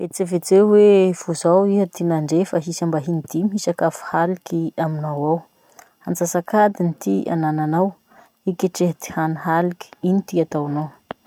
Vetsivetseo hoe vo zao iha ty nandre fa hisy ambahiny dimy hisakafo haliky aminao ao. Antsasak'adiny ty anananao hiketreha ty hany haliky. Ino ty ataonao?